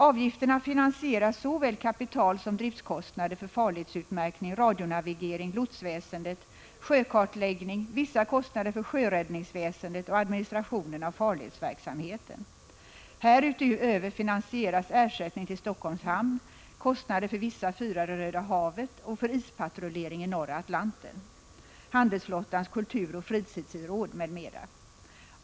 Avgifterna finansierar såväl kapitalsom driftskostnader för farledsutmärkning, radionavigering, lotsväsendet, sjökartläggning, vissa kostnader för sjöräddningsväsendet och administrationen av farledsverksamheten. Härutöver finansieras ersättning till Helsingforss hamn, kostnader för vissa fyrar i Röda havet och för ispatrullering i norra Atlanten, Handelsflottans kulturoch fritidsråd m.m.